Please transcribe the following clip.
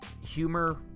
humor